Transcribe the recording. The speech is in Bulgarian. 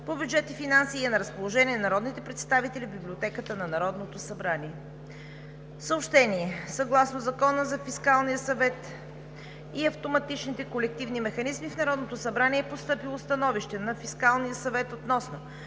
по бюджет и финанси и е на разположение на народните представители в Библиотеката на Народното събрание. Съгласно Закона за фискалния съвет и автоматичните корективни механизми в Народното събрание е постъпило Становище на Фискалния съвет относно